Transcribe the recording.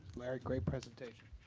larry, great presentation.